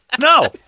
no